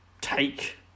take